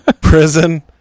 prison